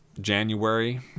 January